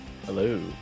Hello